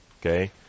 Okay